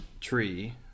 tree